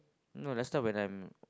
no last time when I'm